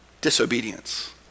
Disobedience